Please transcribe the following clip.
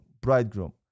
bridegroom